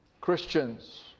Christians